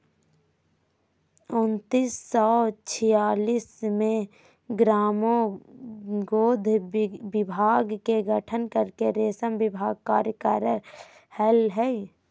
उन्नीस सो छिआसी मे ग्रामोद्योग विभाग के गठन करके रेशम विभाग कार्य कर रहल हई